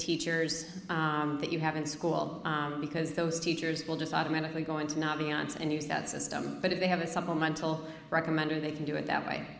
teachers that you have in school because those teachers will just automatically going to not be us and use that system but if they have a supplemental recommender they can do it that way